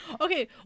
Okay